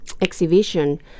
exhibition